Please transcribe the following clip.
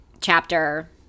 chapter